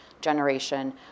generation